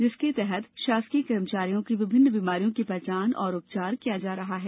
जिसके तहत शासकीय कर्मचारियों की विभिन्न बीमारियों की पहचान एवं उपचार किया जा रहा है